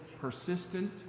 persistent